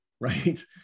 right